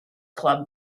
club